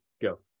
go